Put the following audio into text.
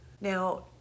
Now